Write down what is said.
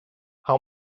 how